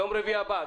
ביום רביעי הבא.